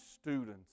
students